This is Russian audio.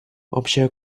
общая